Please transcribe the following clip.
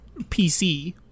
PC